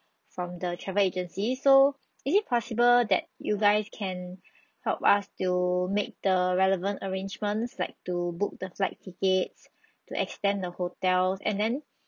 from the travel agency so is it possible that you guys can help us to make the relevant arrangements like to book the flight tickets to extend the hotels and then